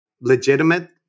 legitimate